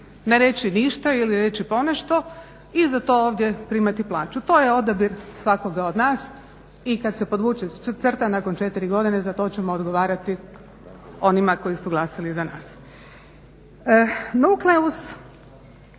ne reći ništa ili reći ponešto i zato ovdje primati plaću. To je odabir svakoga od nas i kad se podvuče crta nakon 4 godine za to ćemo odgovarati onima koji su glasali za nas. Nukleus